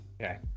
Okay